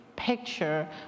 picture